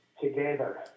together